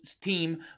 team